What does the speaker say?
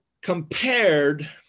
compared